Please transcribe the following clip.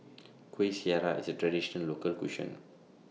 Kueh Syara IS A Traditional Local Cuisine